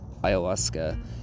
ayahuasca